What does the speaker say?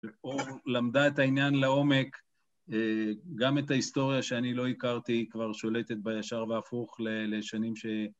ופה.. למדה את העניין לעומק, אה.. גם את ההיסטוריה שאני לא הכרתי היא כבר שולטת בה ישר והפוך ל.. לשנים ש...